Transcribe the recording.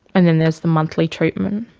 and then there's the monthly treatment.